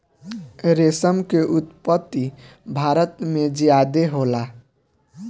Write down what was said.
रेशम के उत्पत्ति भारत में ज्यादे होला